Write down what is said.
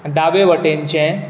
दावे वटेनचें